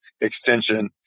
extension